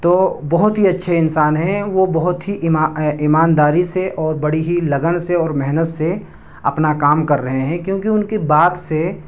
تو بہت ہی اچھے انسان ہیں وہ بہت ہی ایمانداری سے اور بڑی ہی لگن سے اور محنت سے اپنا کام کر رہے ہیں کیوںکہ ان کی بات سے